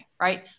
right